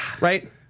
right